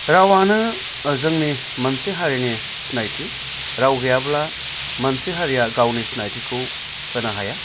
रावआनो जोंनि मोनसे हारिनि सिनायथि राव गैयाब्ला मानसे हारिया गावनि सिनायथिखौ होनो हाया